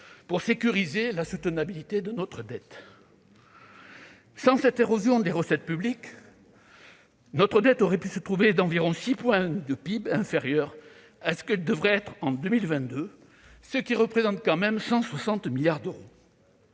pour sécuriser la soutenabilité de notre dette. Sans cette érosion des recettes publiques, notre dette aurait été inférieure d'environ 6 points de PIB par rapport à son niveau attendu en 2022, ce qui représente près de 160 milliards d'euros.